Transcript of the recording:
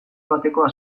batekoa